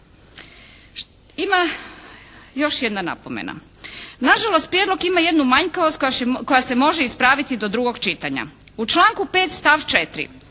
Ima još jedna napomena. Na žalost prijedlog ima jednu manjkavost koja se može ispraviti do drugog čitanja. U članku 5. stav 4.